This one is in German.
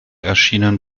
erschienen